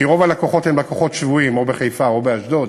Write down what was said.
כי רוב הלקוחות הם לקוחות שבויים או בחיפה או באשדוד,